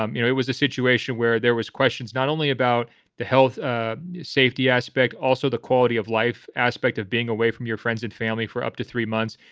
um you know it was a situation where there was questions not only about the health ah safety aspect, also the quality of life aspect of being away from your friends and family for up to three months.